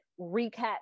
recap